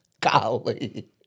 Golly